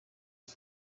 izi